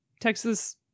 texas